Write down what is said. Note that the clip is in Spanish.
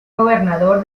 gobernador